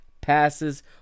passes